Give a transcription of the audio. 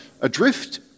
adrift